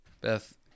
Beth